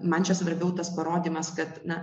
man čia svarbiau tas parodymas kad na